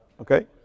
okay